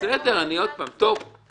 מילא